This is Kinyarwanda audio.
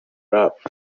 rap